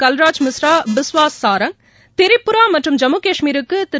கல்ராஜ் மிஸ்ரா பிஸ்வாஸ் சாரங் திரிபுரா மற்றும் ஜம்மு கஷ்மீருக்கு திரு